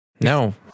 no